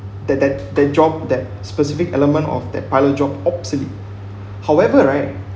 that that that job that specific element of that pilot job obsolete however right